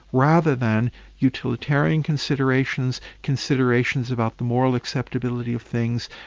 rather than utilitarian considerations, considerations about the moral acceptability of things,